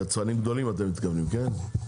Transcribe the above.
יצרנים גדולים אתה מתכוון כן?